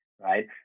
right